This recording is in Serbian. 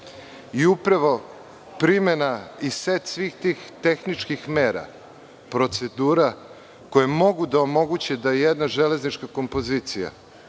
i primena i set svih tih tehničkih mera, procedura koje mogu da omoguće da je jedna železnička kompozicija